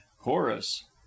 chorus